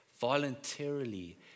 voluntarily